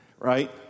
Right